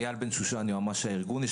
יועמ"ש ארגון נכי צה"ל.